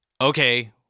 okay